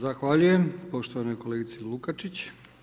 Zahvaljujem poštovanoj kolegici Lukačić.